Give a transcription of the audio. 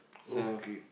so